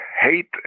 hate